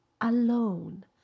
alone